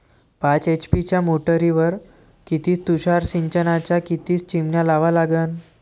पाच एच.पी च्या मोटारीवर किती तुषार सिंचनाच्या किती चिमन्या लावा लागन?